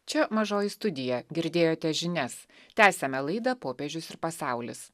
čia mažoji studija girdėjote žinias tęsiame laidą popiežius ir pasaulis